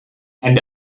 and